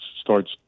starts